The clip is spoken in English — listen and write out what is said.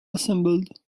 assembled